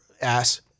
ass